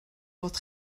bod